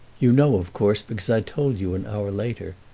you know, of course, because i told you an hour later,